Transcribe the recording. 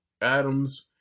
Adams